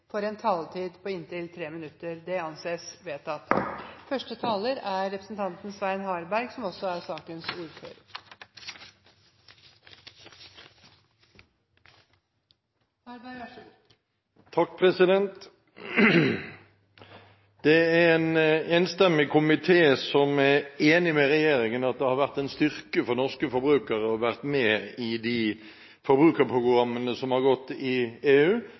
får en taletid på inntil 3 minutter. – Det anses vedtatt. Det er en enstemmig komité som er enig med regjeringen i at det har vært en styrke for norske forbrukere å være med i de forbrukerprogrammene som har gått i EU,